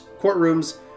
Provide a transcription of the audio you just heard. courtrooms